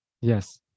yes